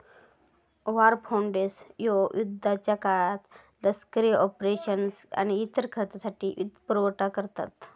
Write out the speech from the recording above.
war bonds ह्यो युद्धाच्या काळात लष्करी ऑपरेशन्स आणि इतर खर्चासाठी वित्तपुरवठा करता